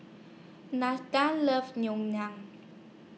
loves Ngoh Liang